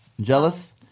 jealous